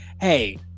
hey